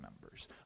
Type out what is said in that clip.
members